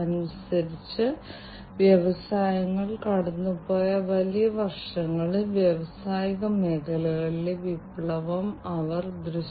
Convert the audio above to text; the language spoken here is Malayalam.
അതിനാൽ ഈ വാതകങ്ങൾ വളരെ ദോഷകരമായ വാതകങ്ങളാണ് മറ്റ് വ്യത്യസ്ത വാതകങ്ങൾ അവിടെയുണ്ട്